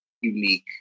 unique